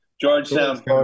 georgetown